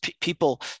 People